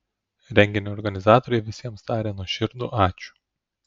renginio organizatoriai visiems taria nuoširdų ačiū